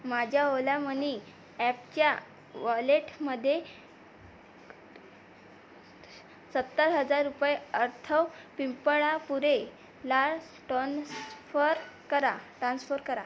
माझ्या Ola money ॲपच्या वॉलेटमध्ये सत्तर हजार रुपये अरथव पिंपळापुरेला टन स्फर करा टानस्फर करा